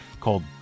called